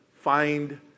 find